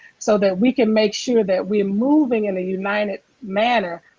so that we can make sure that we are moving in a united manner,